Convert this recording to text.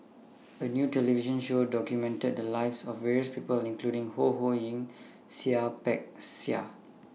A New television Show documented The Lives of various People including Ho Ho Ying and Seah Peck Seah